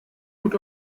gut